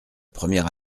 première